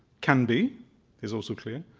can be is also clear.